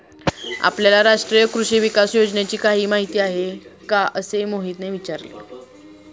आपल्याला राष्ट्रीय कृषी विकास योजनेची काही माहिती आहे का असे मोहितने विचारले?